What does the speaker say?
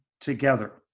together